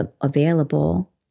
available